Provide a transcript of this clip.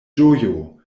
ĝojo